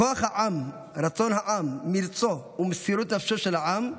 כוח העם, רצון העם, מרצו ומסירות נפשו של העם.